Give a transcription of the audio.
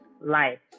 life